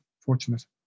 fortunate